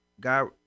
God